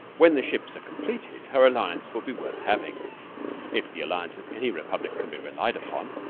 when the ships are completed her alliance will be worth having if the alliance of any republic can be relied upon.